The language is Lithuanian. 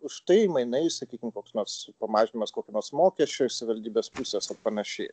už tai mainais sakykim koks nors pamažinimas kokio nors mokesčio iš savivaldybės pusės panašiai